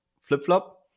flip-flop